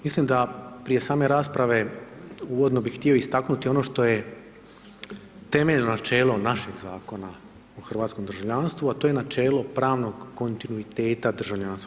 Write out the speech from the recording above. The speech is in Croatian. Mislim da, prije same rasprave, uvodno bih htio istaknuti ono što je temeljno načelo našeg Zakona o hrvatskom državljanstvu, a to je načelo pravnog kontinuiteta državljanstva.